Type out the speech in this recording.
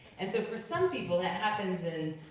and so for some people, that happens in